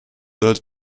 dal